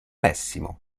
pessimo